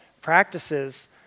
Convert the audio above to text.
practices